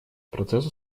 процесс